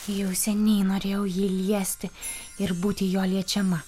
jau seniai norėjau jį liesti ir būti jo liečiama